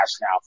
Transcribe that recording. now